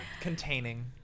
Containing